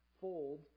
fold